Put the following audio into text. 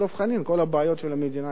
כל הבעיות של המדינה ייפתרו.